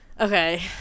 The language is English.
Okay